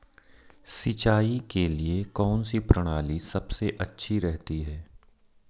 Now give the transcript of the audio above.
सिंचाई के लिए कौनसी प्रणाली सबसे अच्छी रहती है?